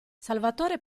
salvatore